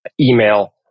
email